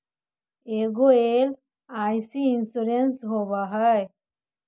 ऐगो LIC insurance होव है?